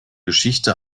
geschichte